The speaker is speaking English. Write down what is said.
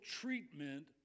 treatment